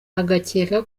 agakeka